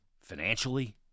financially